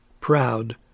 Proud